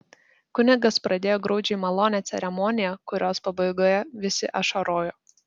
kunigas pradėjo graudžiai malonią ceremoniją kurios pabaigoje visi ašarojo